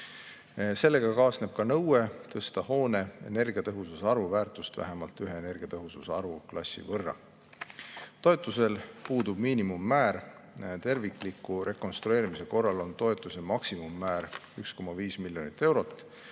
Sellega kaasneb nõue tõsta hoone energiatõhususarvu väärtust vähemalt ühe energiatõhususarvu klassi võrra. Toetusel puudub miinimummäär. Tervikliku rekonstrueerimise korral on toetuse maksimummäär 1,5 miljonit eurot.